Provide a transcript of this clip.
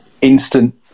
instant